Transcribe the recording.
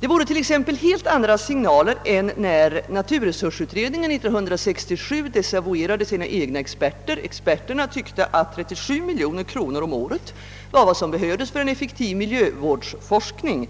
Det är i så fall helt andra signaler än när naturresursutredningen 1967 desavuerade sina egna experter, som ansåg 37 miljoner kronor årligen vara vad som behövdes för en effektiv miljövårdsforskning.